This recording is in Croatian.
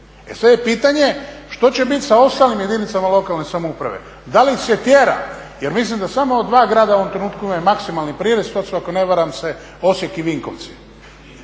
E sada je pitanje što će biti sa ostalim jedinicama lokalne samouprave, da li ih se tjera jer mislim da samo od dva grada u ovom trenutku imaju maksimalni prirez, to su ako se ne varam Osijek i Vinkovci